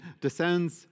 descends